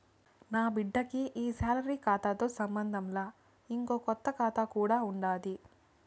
నాబిడ్డకి ఈ సాలరీ కాతాతో సంబంధంలా, ఇంకో కొత్త కాతా కూడా ఉండాది